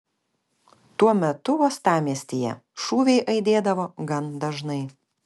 tuo metu uostamiestyje šūviai aidėdavo gan dažnai